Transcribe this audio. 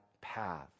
path